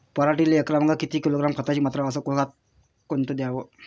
पराटीले एकरामागं किती किलोग्रॅम खताची मात्रा अस कोतं खात द्याव?